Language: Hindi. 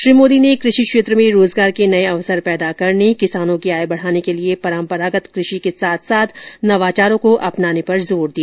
श्री मोदी ने कृषि क्षेत्र में रोजगार के नये अवसर पैदा करने किसानों की आय बढ़ाने के लिए परम्परागत कृषि के साथ साथ नवाचारों को अपनाने पर जोर दिया